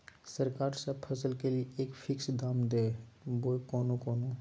सरकार सब फसल के लिए एक फिक्स दाम दे है बोया कोनो कोनो?